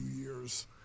years